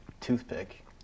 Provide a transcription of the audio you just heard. toothpick